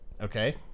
Okay